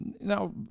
Now